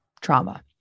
trauma